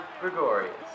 Gregorius